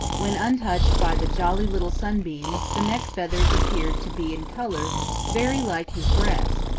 when untouched by the jolly little sunbeams the neck feathers appeared to be in color very like his breast,